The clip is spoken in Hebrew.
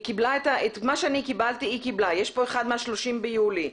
יש פה אחד מ-30 ביולי.